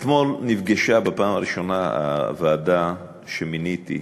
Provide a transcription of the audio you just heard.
אתמול נפגשה בפעם הראשונה הוועדה שמיניתי,